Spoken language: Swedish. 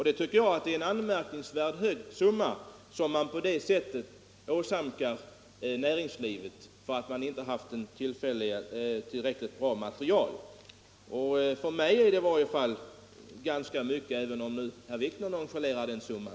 Det är en anmärkningsvärt hög onödig utgift som man åsamkar näringslivet för att materialet inte är tillräckligt bra. För mig är detta ganska mycket pengar, men herr Wikner nonchalerar tydligen den summan.